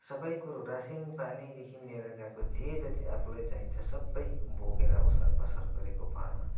सबै कुरो रासिन पानीदेखि लिएर गएको जे जति आफूलाई चाहिन्छ सबै बोकेर ओसार पसार गरेको भरमा